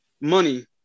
money